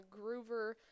Groover